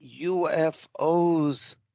UFOs